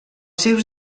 seus